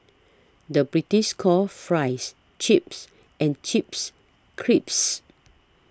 the British calls Fries Chips and Chips Crisps